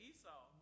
Esau